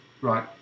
right